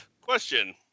question